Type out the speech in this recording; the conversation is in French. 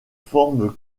formes